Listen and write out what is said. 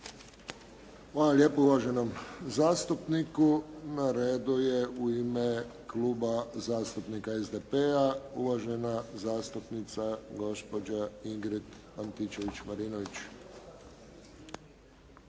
lijepo uvaženom zastupniku. Na redu je u ime kluba zastupnika SDP-a, uvažena zastupnica gospođa Ingrid Antičević-Marinović.